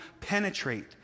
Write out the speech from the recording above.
penetrate